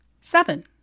Seven